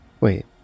Wait